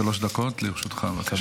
שלוש דקות לרשותך, בבקשה.